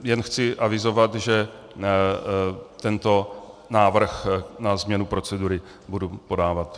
Jen chci avizovat, že tento návrh na změnu procedury budu podávat.